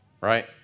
Right